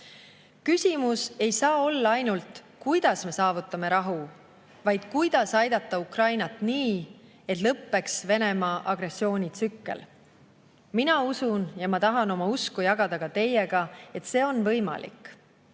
Küsimus ei saa olla ainult, kuidas me saavutame rahu, vaid kuidas aidata Ukrainat nii, et lõppeks Venemaa agressioonitsükkel. Mina usun – ja ma tahan oma usku jagada ka teiega –, et see on võimalik.